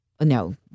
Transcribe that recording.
no